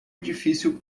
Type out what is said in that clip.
edifício